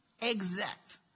Exact